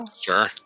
Sure